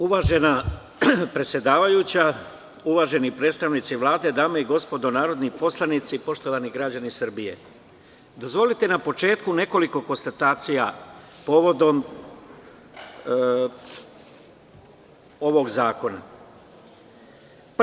Uvažena predsedavajuća, uvaženi predstavnici Vlade, dame i gospodo narodni poslanici, poštovani građani Srbije, dozvolite na početku nekoliko konstatacija povodom ovog zakona.